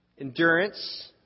Endurance